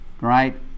Right